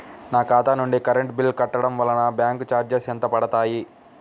నా ఖాతా నుండి కరెంట్ బిల్ కట్టడం వలన బ్యాంకు చార్జెస్ ఎంత పడతాయా?